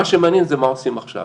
מה שמעניין זה מה עושים עכשיו.